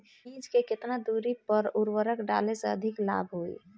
बीज के केतना दूरी पर उर्वरक डाले से अधिक लाभ होई?